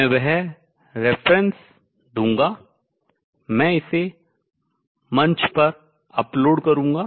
मैं वह reference संदर्भ दूंगा मैं इसे forum मंच पर upload अपलोड करूंगा